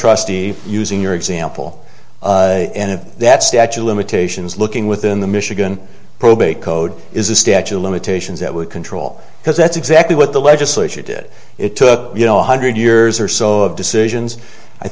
trustee using your example that statue limitations looking within the michigan probate code is a statute of limitations that would control because that's exactly what the legislature did it took you know hundred years or so of decisions i